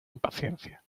impaciencia